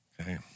Okay